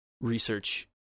research